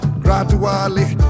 gradually